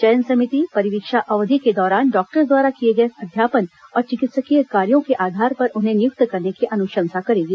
चयन समिति परिवीक्षा अवधि के दौरान डॉक्टर द्वारा किए गए अध्यापन और चिकित्सीय कार्यों क आधार पर उन्हें नियुक्त करने की अनुशंसा करेगी